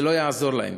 זה לא יעזור להם.